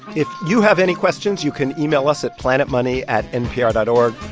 if you have any questions, you can email us at planetmoney at npr dot o r